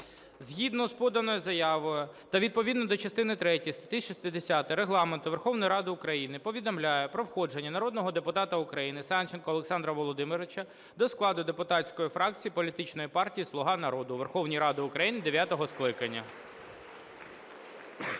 Згідно з поданою заявою та відповідно до частини третьої статті 60 Регламенту Верховної Ради України повідомляю про входження народного депутата України Санченка Олександра Володимировича до складу депутатської фракції політичної партії "Слуга народу" у Верховній Раді України дев'ятого скликання.